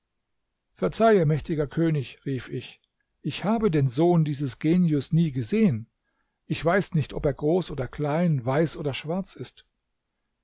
verzeihe mächtiger könig rief ich ich habe den sohn dieses genius nie gesehen ich weiß nicht ob er groß oder klein weiß oder schwarz ist